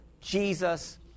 Jesus